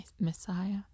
Messiah